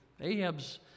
Ahab's